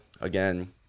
Again